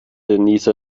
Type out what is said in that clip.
denise